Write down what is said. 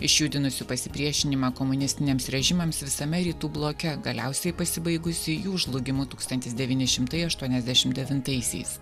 išjudinusiu pasipriešinimą komunistiniams režimams visame rytų bloke galiausiai pasibaigusi jų žlugimu tūkstantis devyni šimtai aštuoniasdešimtaisiais